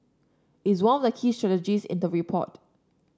it's one of the key strategies in the report